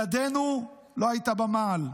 ידנו לא הייתה במעל.